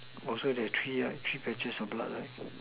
orh so there are three ah three patches of blood right